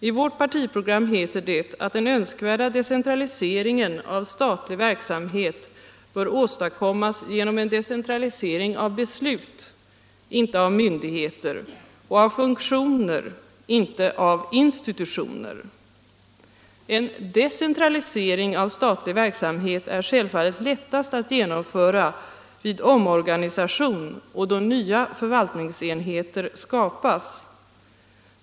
I vårt partiprogram heter det att den önskvärda decentraliseringen av statlig verksamhet bör åstadkommas genom en decentralisering av beslut, inte av myndigheter, och av funktioner, inte av institutioner. En decentralisering av statlig verksamhet är självfallet lättast att genomföra vid omorganisation och då nya förvaltningsenheter skapas.